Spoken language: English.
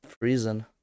freezing